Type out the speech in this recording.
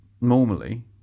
normally